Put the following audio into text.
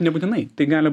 nebūtinai tai gali